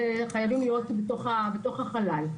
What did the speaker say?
חייבים להיות בתוך החלל.